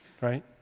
right